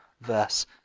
verse